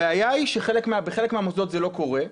הבעיה היא שבחלק מהמוסדות זה לא קורה.